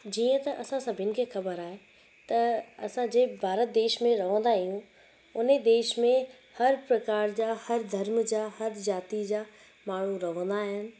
जीअं त असां सभिनि खे ख़बर आहे त असां जंहिं भारत देश में रहंदा आहियूं उन देश में हर प्रकार जा हर धर्म जा हर ज़ाति जा माण्हू रहंदा आहिनि